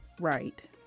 Right